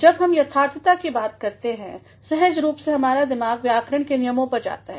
जब हम यथार्थता की बात करते हैं सहज रूप से हमारा दिमाग व्याकरण के नियमों पर जाता है